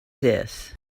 this